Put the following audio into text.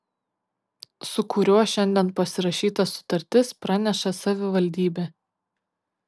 su kuriuo šiandien pasirašyta sutartis praneša savivaldybė